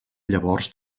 llavors